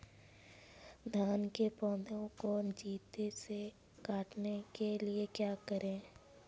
धान के पौधे को तेजी से बढ़ाने के लिए क्या करें?